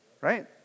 Right